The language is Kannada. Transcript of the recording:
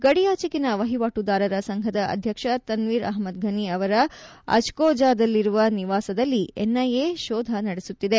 ಗಡಿಯಾಚೆಗಿನ ವಹಿವಾಟುದಾರರ ಸಂಫದ ಅಧ್ಯಕ್ಷ ತನ್ನೀರ್ ಅಹ್ಲದ್ವನಿ ಅವರ ಅಜ್ಗೋಜಾದಲ್ಲಿರುವ ನಿವಾಸದಲ್ಲಿ ಎನ್ಐಎ ಶೋಧ ನಡೆಸುತ್ತಿದೆ